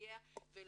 ולסייע ולעבוד,